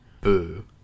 Boo